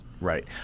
Right